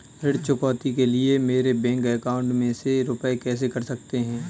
ऋण चुकौती के लिए मेरे बैंक अकाउंट में से रुपए कैसे कट सकते हैं?